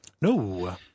No